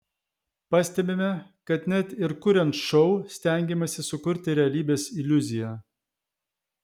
pastebime kad net ir kuriant šou stengiamasi sukurti realybės iliuziją